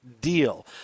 deal